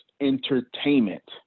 entertainment